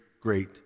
great